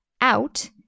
out